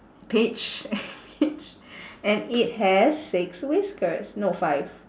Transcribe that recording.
peach peach and it has six whiskers no five